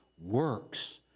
works